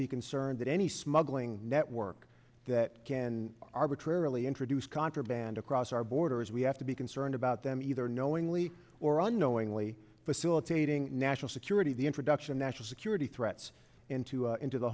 be concerned that any smuggling network that can arbitrarily introduce contraband across our borders we have to be concerned about them either knowingly or unknowingly facilitating national security the introduction national security threats into into the